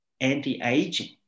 anti-aging